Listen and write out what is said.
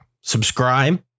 subscribe